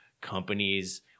companies